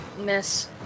Miss